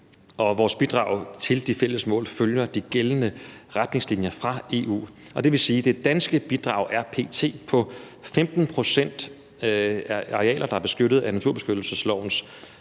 Vores bidrag til de fælles mål følger de gældende retningslinjer fra EU, og det vil sige, at det danske bidrag p.t. er på 15 pct. arealer, der er beskyttet af naturbeskyttelseslovens